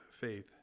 faith